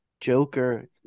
Joker